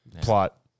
Plot